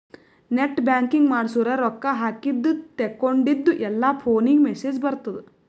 net banking ಮಾಡ್ಸುರ್ ರೊಕ್ಕಾ ಹಾಕಿದ ತೇಕೊಂಡಿದ್ದು ಎಲ್ಲಾ ಫೋನಿಗ್ ಮೆಸೇಜ್ ಬರ್ತುದ್